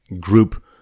group